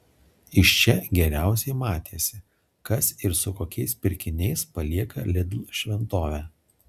iš čia geriausiai matėsi kas ir su kokiais pirkiniais palieka lidl šventovę